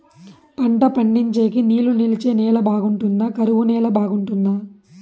పంట పండించేకి నీళ్లు నిలిచే నేల బాగుంటుందా? కరువు నేల బాగుంటుందా?